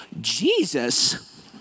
Jesus